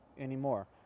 anymore